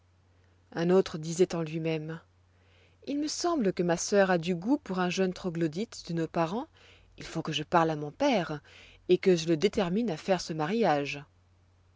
un autre disoit en lui-même il me semble que ma sœur a du goût pour un jeune troglodyte de nos parents il faut que je parle à mon père et que je le détermine à faire ce mariage